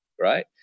right